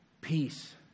peace